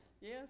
Yes